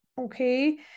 Okay